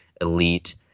elite